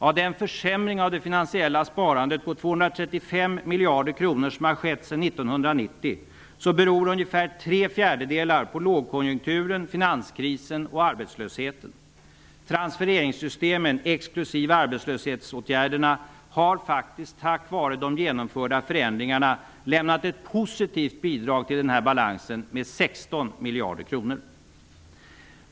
Av den försämring av det finansiella sparandet på 235 miljarder kronor som har skett sedan 1990 beror ungefär tre fjärdedelar på lågkonjunkturen, finanskrisen och arbetslösheten. Tansfereringssystemen -- exklusive arbetslöshetsåtgärderna -- har faktiskt tack vare de genomförda förändringarna lämnat ett positivt bidrag till balansen med 16 miljarder kronor!